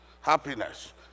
Happiness